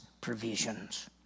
provisions